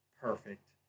perfect